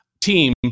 team